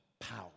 power